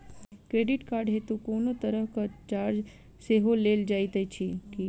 Credit card हेतु कोनो तरहक चार्ज सेहो लेल जाइत अछि की?